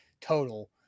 total